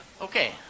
Okay